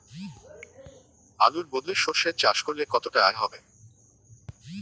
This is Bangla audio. আলুর বদলে সরষে চাষ করলে কতটা আয় হবে?